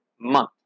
month